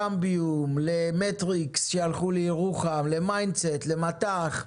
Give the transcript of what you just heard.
לקמביום, למטריקס, שהלכו לירוחם, למיינדסט מטח.